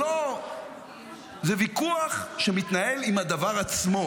זה ויכוח שמתנהל עם הדבר עצמו.